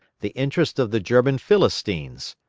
the interest of the german philistines.